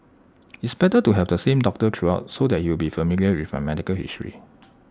it's better to have the same doctor throughout so he would be familiar with my medical history